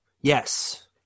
Yes